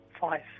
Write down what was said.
Five